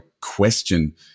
question